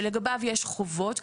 שלגביו יש חובות.